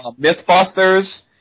Mythbusters